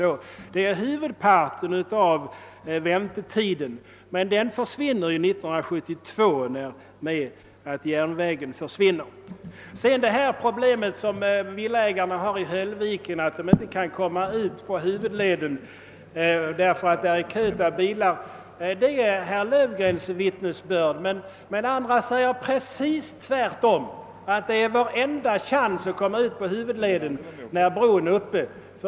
Denna huvudorsak till väntetiden försvinner ju 1972 i och med att järnvägen läggs ned. Enligt herr Löfgrens vittnesbörd skulle villaägarna i Höllviken ha svårt att komma ut på huvudleden, därför att det är en kö av bilar där. Men andra säger motsatsen, nämligen att den enda chans de har att komma ut på huvudleden är när bron är öppen.